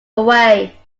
away